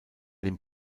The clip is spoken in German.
den